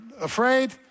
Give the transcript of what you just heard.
afraid